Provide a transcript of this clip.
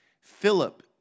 Philip